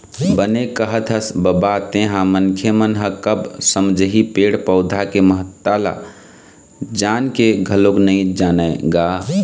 बने कहत हस बबा तेंहा मनखे मन ह कब समझही पेड़ पउधा के महत्ता ल जान के घलोक नइ जानय गा